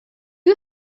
you